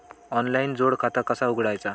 Online जोड खाता कसा उघडायचा?